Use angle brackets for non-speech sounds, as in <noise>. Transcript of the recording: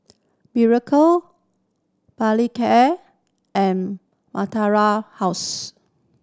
Berocca Molicare and <unintelligible> House